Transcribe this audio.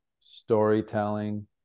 storytelling